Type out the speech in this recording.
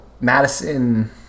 Madison